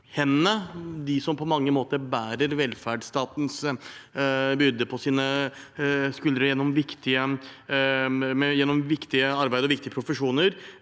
hendene, de som på mange måter bærer velferdsstatens byrde på sine skuldre gjennom viktig arbeid og viktige profesjoner